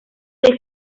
les